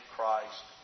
Christ